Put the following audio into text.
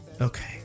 Okay